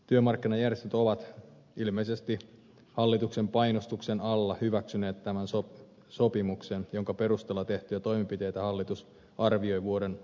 työmarkkinajärjestöt ovat ilmeisesti hallituksen painostuksen alla hyväksyneet tämän sopimuksen jonka perusteella tehtyjä toimenpiteitä hallitus arvioi vuoden lopulla